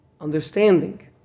understanding